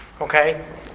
Okay